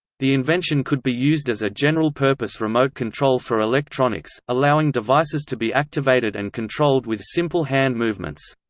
the invention could be used as a general-purpose remote control for electronics, allowing devices to be activated and controlled with simple hand movements.